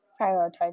prioritize